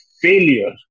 failure